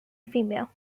female